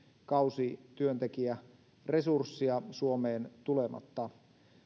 kausityöntekijäresurssia suomeen tulematta